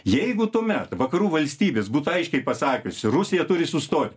jeigu tuomet vakarų valstybės būtų aiškiai pasakius rusija turi sustot